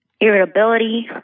irritability